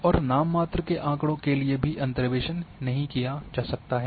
और नाम मात्र के आँकड़ों के लिए भी अंतर्वेसन नहीं किया जा सकता है